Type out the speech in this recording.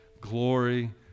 Glory